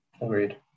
Agreed